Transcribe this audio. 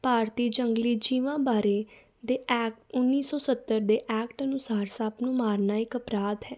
ਭਾਰਤੀ ਜੰਗਲੀ ਜੀਵਾਂ ਬਾਰੇ ਦੇ ਐਕਟ ਉੱਨੀ ਸੌ ਸੱਤਰ ਦੇ ਐਕਟ ਅਨੁਸਾਰ ਸੱਪ ਨੂੰ ਮਾਰਨਾ ਇੱਕ ਅਪਰਾਧ ਹੈ